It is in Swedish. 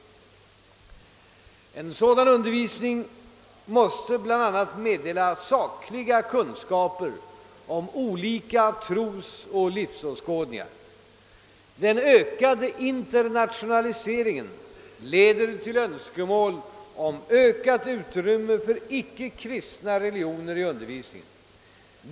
En sådan undervisning måste bl.a. meddela sakliga kunskaper om olika trosoch livsåskådningar. Den ökade internationaliseringen leder till önskemål om ökat utrymme för icke-kristna religioner i undervisningen.